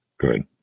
Good